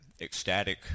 ecstatic